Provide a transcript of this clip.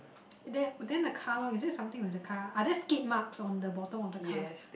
then then then the car loh is it something like the car are there skid marks on the bottom of the car